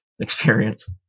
Experience